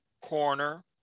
corner